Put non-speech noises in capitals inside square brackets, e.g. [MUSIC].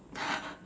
[LAUGHS]